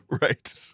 right